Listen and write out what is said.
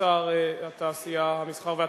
שר התעשייה, המסחר והתעסוקה,